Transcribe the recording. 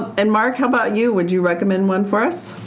and mark, how about you? would you recommend one for us,